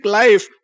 life